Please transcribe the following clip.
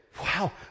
wow